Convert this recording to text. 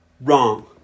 wrong